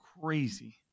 crazy